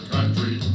Country